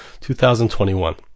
2021